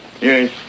Yes